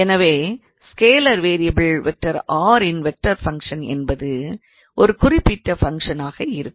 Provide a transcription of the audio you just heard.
எனவே scalar variable 𝑟⃗ இன் vector function என்பது அந்த குறிப்பிட்ட ஃபங்க்ஷனாக இருக்கும்